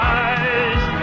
eyes